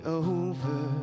over